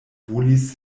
volis